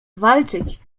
walczyć